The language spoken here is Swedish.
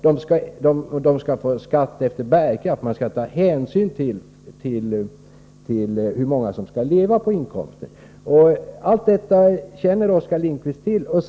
De skall betala skatt efter bärkraft. Man skall ta hänsyn till hur många det är som skall leva på familjens inkomst. Allt detta känner Oskar Lindkvist till.